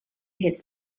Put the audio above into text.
his